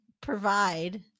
provide